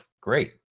great